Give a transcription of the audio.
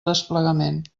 desplegament